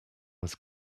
was